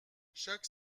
chaque